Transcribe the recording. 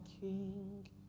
king